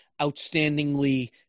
outstandingly